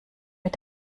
mit